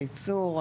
ייצור,